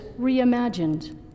reimagined